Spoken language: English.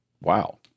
Wow